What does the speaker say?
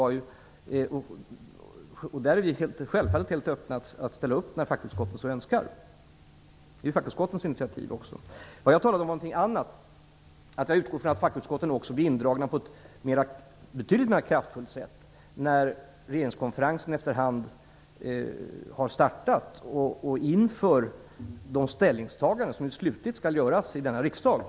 Vi är självfallet helt öppna att ställa upp när fackutskotten så önskar; detta sker också på fackutskottens initiativ. Jag talade om någonting annat, nämligen att jag utgår från att fackutskotten också blir indragna på ett betydligt mer kraftfullt sätt när regeringskonferensen efter hand har startat och inför de ställningstaganden som slutligen skall göras i denna riksdag.